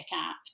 app